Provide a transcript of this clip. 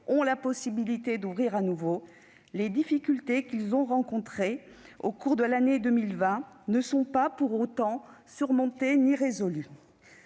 ont la possibilité d'ouvrir à nouveau, les difficultés qu'ils ont rencontrées au cours de l'année 2020 ne sont pas pour autant surmontées ni résolues.